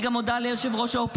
אני גם מודה לראש האופוזיציה,